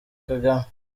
kagame